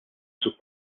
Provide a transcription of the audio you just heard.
sus